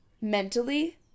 Mentally